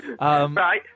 Right